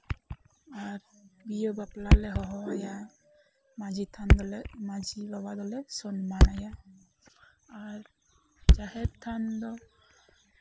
ᱟᱨ ᱵᱤᱦᱟᱹ ᱵᱟᱯᱞᱟ ᱞᱮ ᱦᱚᱦᱚᱣᱟᱭᱟ ᱢᱟᱺᱡᱷᱤ ᱛᱷᱟᱱ ᱫᱚᱞᱮ ᱢᱟᱺᱡᱷᱤ ᱵᱟᱵᱟ ᱫᱚᱞᱮ ᱥᱚᱱᱢᱟᱱᱟᱭᱟ ᱟᱨ ᱡᱟᱦᱮᱨ ᱛᱷᱟᱱ ᱫᱚ